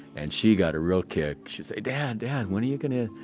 and she got a real kick. she'd say, dad, dad, when are you gonna,